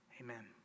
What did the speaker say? Amen